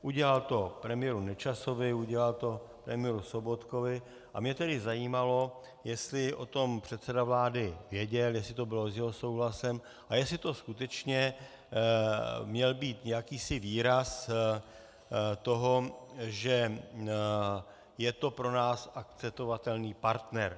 Udělal to premiéru Nečasovi, udělal to premiéru Sobotkovi, a mě tedy zajímalo, jestli o tom předseda vlády věděl, jestli to bylo s jeho souhlasem a jestli to skutečně měl být jakýsi výraz toho, že je to pro nás akceptovatelný partner.